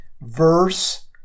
verse